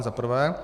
Za prvé.